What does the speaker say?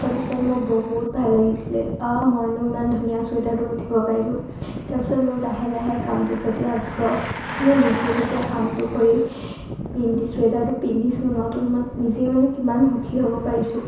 তাৰপিছত মোৰ বহুত ভাল লাগিছিলে আও মইনো ইমান ধুনীয়া চুৱেটাৰটো গুঠিব পাৰিলোঁ তাৰপিছত মোৰ লাহে লাহে কামটোৰ প্ৰতি আগ্ৰহ মানে নিজে যেতিয়া কামটো কৰি পিন্ধি চুৱেটাৰটো পিন্ধিছোঁ নতুন নিজেই মানে কিমান সুখী হ'ব পাৰিছোঁ